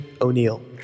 O'Neill